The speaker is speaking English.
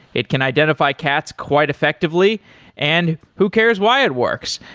it can identify cats quite effectively and who cares why it works.